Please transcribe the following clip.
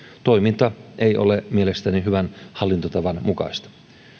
toiminta ei ole mielestäni hyvän hallintotavan mukaista